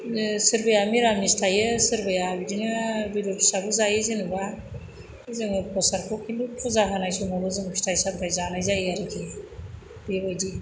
सोरबाया मिरामिस थायो सोरबाया बिदिनो बेदर फिसाबो जायो जेन'बा जोङो फ्रसादखौ खिन्थु फुजा होनाय समावल' फिथाय सामथाय जानाय जायो आरोखि बेबादि